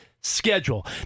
schedule